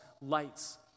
lights